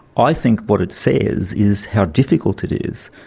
i think what it says is how difficult it is.